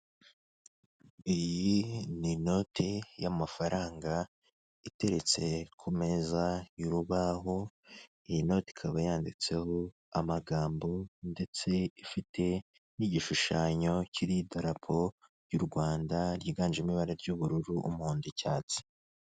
Iyi ni inote y'amafaranga iteretse ku meza y'urubaho, iyi note ikaba yanditseho amagambo ndetse ifite n'igishushanyo kiriho idarapo ry'u Rwanda ryiganjemo ibara ry'ubururu, umuhondo, icyatsi.